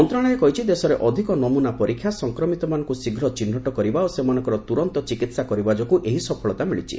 ମନ୍ତ୍ରଣାଳୟ କହିଛି ଦେଶରେ ଅଧିକ ନମୁନା ପରୀକ୍ଷା ସଂକ୍ରମିତମାନଙ୍କୁ ଶୀଘ୍ର ଚିହ୍ନଟ କରିବା ଓ ସେମାନଙ୍କର ତୁରନ୍ତ ଚିକିହା କରିବା ଯୋଗୁଁ ଏହି ସଫଳତା ମିଳିଛି